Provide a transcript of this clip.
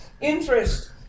interest